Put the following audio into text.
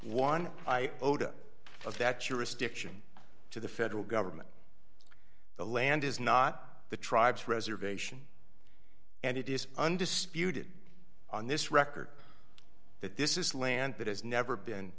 jurisdiction to the federal government the land is not the tribes reservation and it is undisputed on this record that this is land that has never been